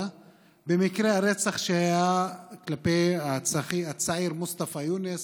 במקרה הרצח שהיה של הצעיר מוסטפא יונס